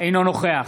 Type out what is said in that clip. אינו נוכח